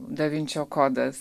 da vinčio kodas